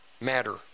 matter